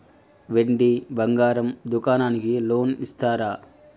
వెండి బంగారం దుకాణానికి లోన్ ఇస్తారా?